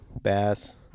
bass